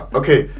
okay